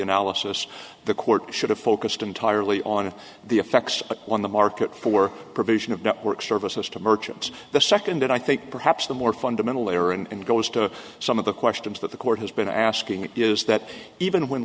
analysis the court should have focused entirely on the effects on the market for provision of network services to merchants the second and i think perhaps the more fundamental layer and goes to some of the questions that the court has been asking is that even when